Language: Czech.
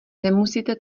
nemusíte